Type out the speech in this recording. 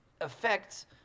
affects